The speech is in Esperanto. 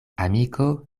amiko